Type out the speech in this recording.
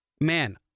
man